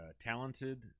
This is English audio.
talented